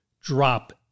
drop